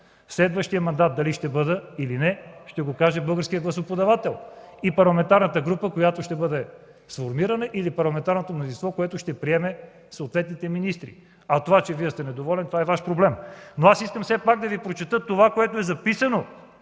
Следващият мандат дали ще бъда, или не, ще го каже българският гласоподавател и парламентарната група, която ще бъде сформирана, или парламентарното мнозинство, което ще избере съответните министри. А това, че Вие сте недоволен, това е Ваш проблем. Но аз искам все пак да Ви прочета това, което е записано